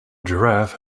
giraffe